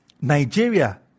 Nigeria